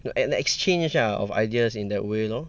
an an exchange lah of ideas in that way lor